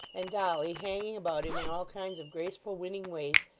and dolly, hanging about him in all kinds of graceful winning ways,